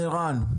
עירן.